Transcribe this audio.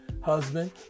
Husband